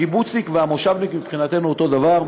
הקיבוצניק והמושבניק מבחינתנו אותו דבר,